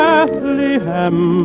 Bethlehem